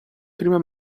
prima